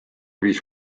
viis